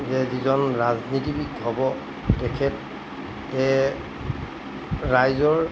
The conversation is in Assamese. যে যিজন ৰাজনীতিবিদ হ'ব তেখেতে ৰাইজৰ